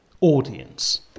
audience